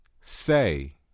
Say